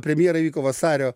premjera įvyko vasario